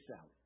out